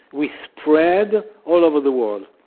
we spread all over the world.